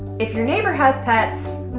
if your neighbor has pets,